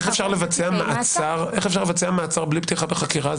איך אפשר לבצע מעצר בלי פתיחה בחקירה?